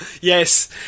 Yes